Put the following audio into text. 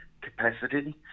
capacity